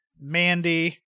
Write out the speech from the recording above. Mandy